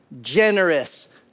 generous